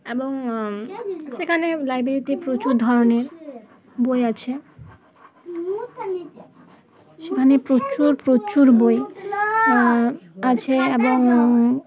এবং সেখানে লাইব্রেরিতে প্রচুর ধরনের বই আছে সেখানে প্রচুর প্রচুর বই আছে এবং